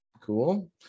cool